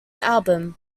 album